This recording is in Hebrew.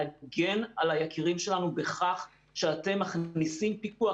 להגן על היקירים שלנו בכך שאתם מכניסים פיקוח